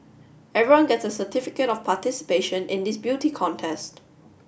everyone gets a certificate of participation in this beauty contest